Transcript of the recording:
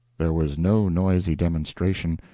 there was no noisy demonstration,